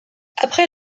après